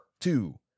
two